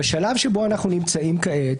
בשלב שבו אנחנו נמצאים כעת,